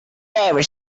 ever